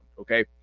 okay